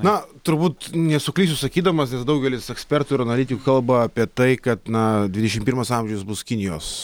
na turbūt nesuklysiu sakydamas daugelis ekspertų ir analitikų kalba apie tai kad na dvidešimt pirmas amžiaus bus kinijos